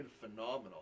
phenomenal